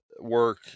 work